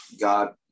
God